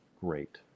great